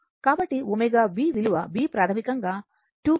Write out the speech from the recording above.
కాబట్టి ω b విలువ b ప్రాథమికంగా 2 π n r కు సమానం